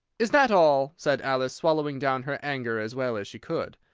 is that all? said alice, swallowing down her anger as well as she could.